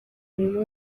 uyu